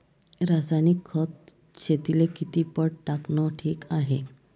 रासायनिक खत शेतीले किती पट टाकनं ठीक हाये?